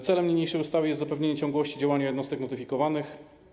Celem niniejszej ustawy jest zapewnienie ciągłości działania jednostek notyfikowanych.